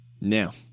Now